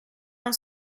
non